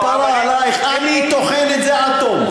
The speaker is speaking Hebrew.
כפרה עלייך, אני טוחן את זה עד תום.